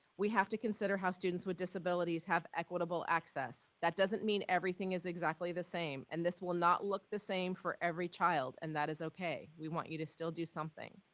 we have to consider how students with disabilities have equitable access. that doesn't mean everything is exactly the same and this will not look the same for every child and that is okay. we want you to still do something.